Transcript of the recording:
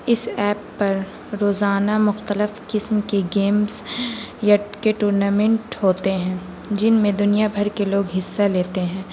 اس app پر روزانہ مختلف قسم کے گیمس یٹ کے ٹورنامنٹ ہوتے ہیں جن میں دنیا بھر کے لوگ حصہ لیتے ہیں